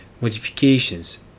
modifications